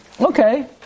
Okay